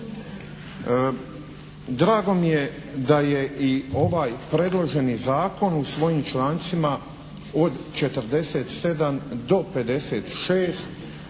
Drago mi je da je i ovaj predloženi zakon u svojim člancima od 47. do 56.